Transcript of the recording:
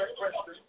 question